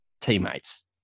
teammates